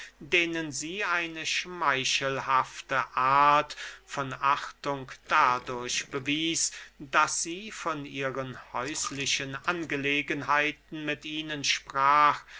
denen sie eine schmeichelhafte art von achtung dadurch bewies daß sie von ihren häuslichen angelegenheiten mit ihnen sprach